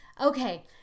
Okay